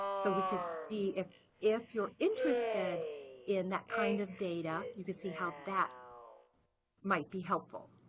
so we can see if if you're interested in that kind of data, you can see how that might be helpful.